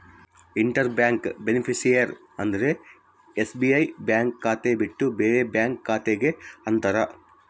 inter bank beneficiary ಅಂದ್ರ SBI bank ಖಾತೆ ಬಿಟ್ಟು ಬೇರೆ ಬ್ಯಾಂಕ್ ಖಾತೆ ಗೆ ಅಂತಾರ